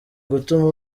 gutuma